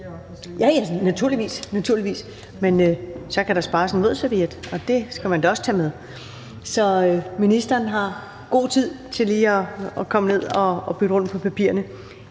er ministeren. Så kan der spares en vådserviet, og det skal man da også tage med. Så ministeren har god tid til lige at komme ned og bytte rundt på papirerne.